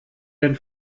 den